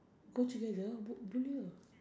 go together b~ boleh ah